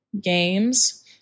games